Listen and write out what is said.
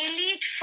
Elite